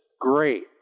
great